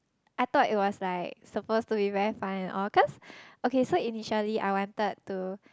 I thought it was like supposed to be very fun and all cause okay so initially I wanted to